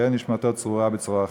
תהא נשמתו צרורה בצרור החיים.